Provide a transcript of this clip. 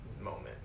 moment